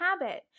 habit